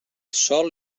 sòl